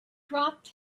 dropped